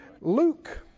Luke